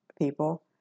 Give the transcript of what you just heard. people